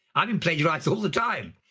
i've been plagiarized all the time.